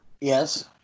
Yes